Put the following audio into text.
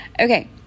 Okay